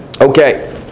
Okay